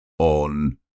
on